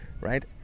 right